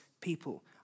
people